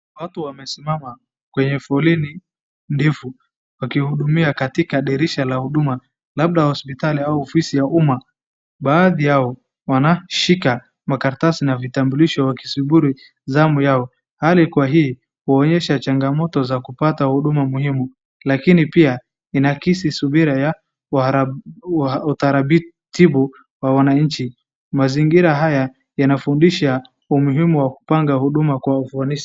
Watu wamesimama kwenye foleni ndefu wakihudumiwa katika dirisha la huduma, labda hospitali au ofisi ya umma, baadhi Yao wanashika makaratasi na vitambulisho wakisubiri zamu yao. Hili kwa hii inaonyesha changamoto za kupata huduma muhimu, lakini pia inakisi subira ya utaratibu wa wananchi. Mazingira haya yanaonyesha umuhimu wa kupanga huduma Kwa ufanisi.